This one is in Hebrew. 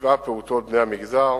בני המגזר.